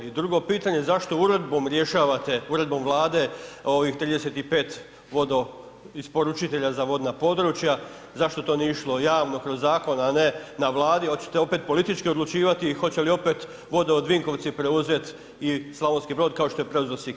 I drugo pitanje, zašto uredbom rješavate, uredbom Vlade ovih 35 vodoisporučitelja za vodna područja, zašto to nije išlo javno kroz zakon, a ne na Vladi, hoćete opet politički odlučivati i hoće li opet vodu od Vinkovci preuzet i Slavonski Brod kao što je preuzeo Sikirevce.